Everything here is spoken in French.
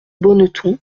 bonneton